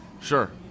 Sure